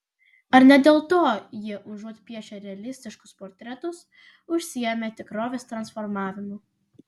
ar ne dėl to jie užuot piešę realistiškus portretus užsiėmė tikrovės transformavimu